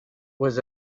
was